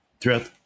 throughout